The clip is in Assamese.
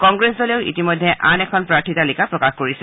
কংগ্ৰেছ দলেও আন এখন প্ৰাৰ্থী তালিকা প্ৰকাশ কৰিছে